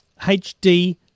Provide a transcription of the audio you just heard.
HD